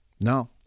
no